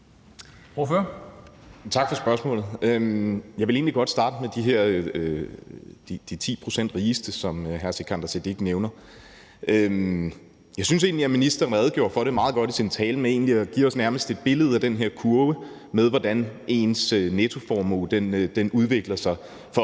Tak for spørgsmålet. Jeg vil egentlig godt starte med de 10 pct. rigeste, som hr. Sikandar Siddique nævner. Jeg synes egentlig, ministeren redegjorde meget godt for det i sin tale ved egentlig nærmest at give os et billede af den her kurve over, hvordan nettoformuen udvikler sig for